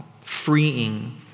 freeing